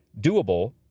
doable